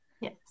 Yes